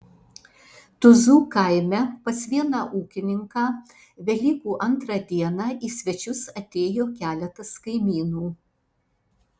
tuzų kaime pas vieną ūkininką velykų antrą dieną į svečius atėjo keletas kaimynų